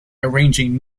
arranging